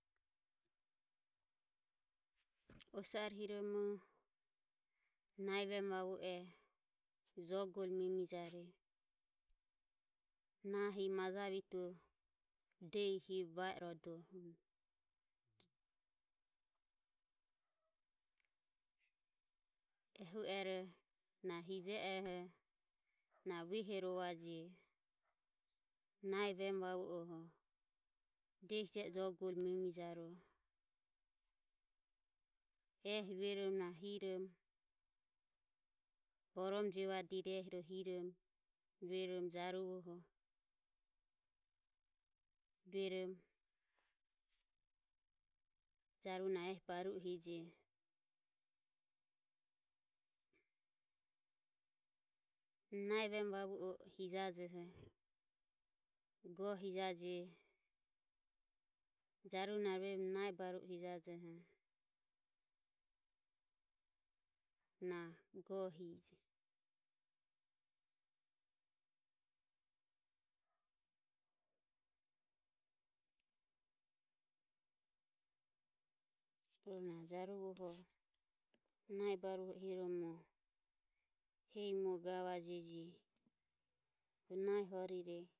Osare hiromo nahi vemu vavuero jogore memijare nahi maja viture diehi hibe va irodoho. Ehu ero na hije oho na uehorovaje nahi vemu vavu oho diehije e jogoroho memijaroho ehi uehorovorom na hirom borom jevadiro ehi ro hirom ehi ro jaruvoho ruerom jaruvo na ehi baru o hije. Nahi vemu vavu o hijajo go hijaje jaruvo naruerom nahi baru o hijajoho na go hije. Rohu na jaruvoho nahi baru o hiromo hehi muoho gavajeje nahi orire.